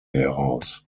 heraus